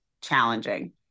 challenging